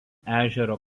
ežero